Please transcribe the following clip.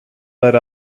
let